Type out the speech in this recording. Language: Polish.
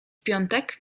piątek